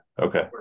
okay